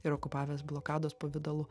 ir okupavęs blokados pavidalu